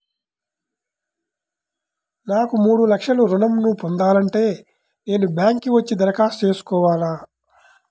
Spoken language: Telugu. నాకు మూడు లక్షలు ఋణం ను పొందాలంటే నేను బ్యాంక్కి వచ్చి దరఖాస్తు చేసుకోవాలా?